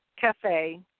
cafe